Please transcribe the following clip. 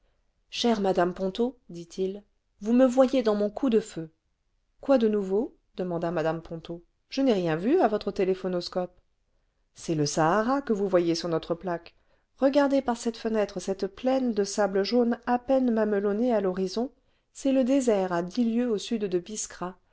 chère madame pouto dit-il vous me voyez dans mon conp de feu quoi de nouveau demanda mme ponto je n'ai rien vu à votre téléphonoscope c'est le sahara que vous voyez sur notre plaque regardez par cette fenêtre cette plaine de sable jaune à peine mamelonnée à l'horizon c'est le désert à dix lieues an sud de biskra